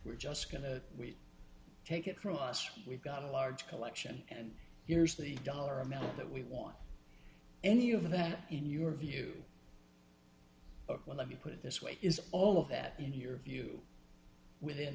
we're just going to take it from us we've got a large collection and here's the dollar amount that we want any of that in your view well let me put it this way is all of that in your view within